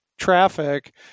traffic